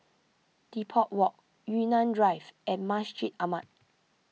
Depot Walk Yunnan Drive and Masjid Ahmad